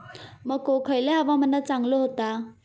मको खयल्या हवामानात चांगलो होता?